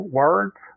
words